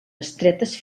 estretes